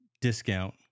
discount